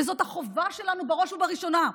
וזאת החובה שלנו, בראש ובראשונה.